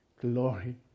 glory